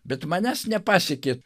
bet manęs nepasiekė